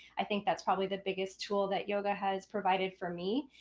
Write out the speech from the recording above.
i think that's probably the biggest tool that yoga has provided for me.